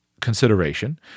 consideration